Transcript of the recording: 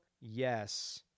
yes